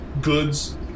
goods